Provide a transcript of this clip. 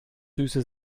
süße